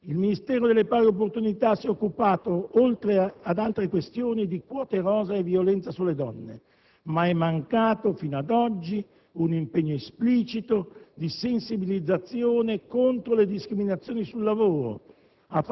Il Ministero delle pari opportunità si è occupato, oltre ad altre questioni, di quote rosa e violenza sulle donne. Ma è mancato fino ad oggi un impegno esplicito di sensibilizzazione contro le discriminazioni sul lavoro,